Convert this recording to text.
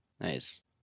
nice